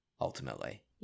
ultimately